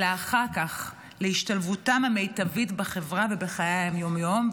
אלא אחר כך להשתלבותם המיטבית בחברה ובחיי היום-יום,